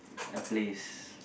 a place